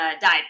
died